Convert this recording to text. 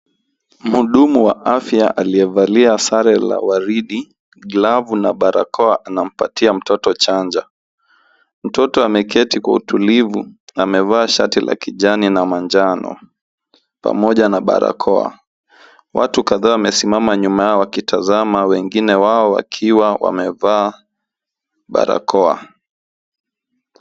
Muhudumu wa afya aliyevalia sare la waridi, glavu na barakoa anampatia mtoto chanjo. Mtoto ameketi kwa utulivu, amevaa shati la kijani na manjano pamoja na barakoa. Watu kadhaa wamesimama nyuma yao wakitazama wengine wao wakiwa wamevaa barakoa.